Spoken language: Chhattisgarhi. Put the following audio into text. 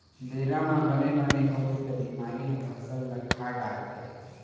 बेरा म बने बने होगे त बिमारी ह फसल ल खा डारथे